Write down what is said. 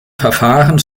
verfahren